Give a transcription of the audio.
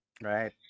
Right